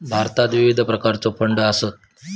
भारतात विविध प्रकारचो फंड आसत